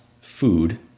food